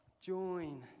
Join